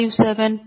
2857 p